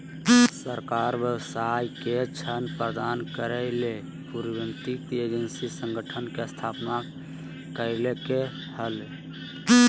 सरकार व्यवसाय के ऋण प्रदान करय ले पुनर्वित्त एजेंसी संगठन के स्थापना कइलके हल